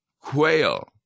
quail